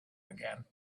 again